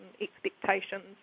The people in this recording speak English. expectations